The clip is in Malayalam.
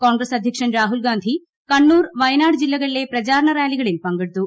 കോൺഗ്രസ് അധ്യക്ഷൻ രാഹുൽഗാന്ധി കണ്ണൂർ വയനാട് ജില്ലകളിലെ പ്രചാരണ റാലികളിൽ പങ്കെടുത്തു